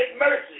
mercy